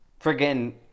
friggin